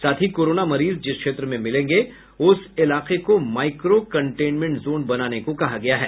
साथ ही कोरोना मरीज जिस क्षेत्र में मिलेंगे तो उस इलाके को माईक्रो कंटेनमेंट जोन बनाने को कहा गया है